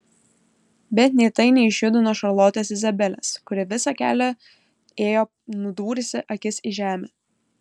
bet nė tai neišjudino šarlotės izabelės kuri visą kelią ėjo nudūrusi akis į žemę